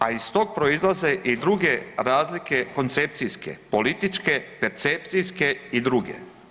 A iz tog proizlaze i druge razlike koncepcijske, političke, percepcijske i druge.